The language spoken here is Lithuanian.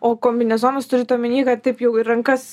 o kombinezonas turit omeny kad taip jau ir rankas